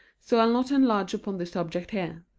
so i'll not enlarge upon this subject here.